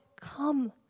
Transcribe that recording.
come